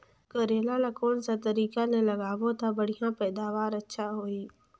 करेला ला कोन सा तरीका ले लगाबो ता बढ़िया पैदावार अच्छा होही?